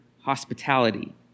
hospitality